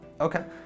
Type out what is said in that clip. Okay